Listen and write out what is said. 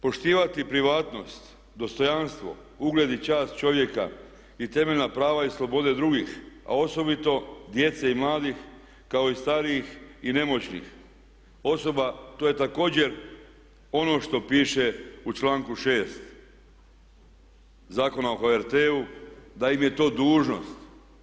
Poštivati privatnost, dostojanstvo, ugled i čast čovjeka i temeljna prava i slobode drugih a osobito djece i mladih kao i starijih i nemoćnih osoba, to je također ono što piše u članku 6. Zakona o HRT-u da im je to dužnost.